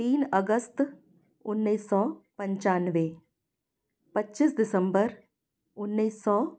तीन अगस्त उन्नीस सौ पंचानवे पच्चीस दिसम्बर उन्नीस सौ